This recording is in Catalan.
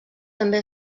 també